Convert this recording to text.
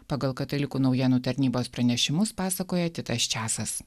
pagal katalikų naujienų tarnybos pranešimus pasakoja titas česas